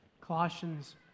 Colossians